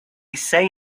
say